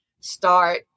start